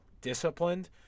disciplined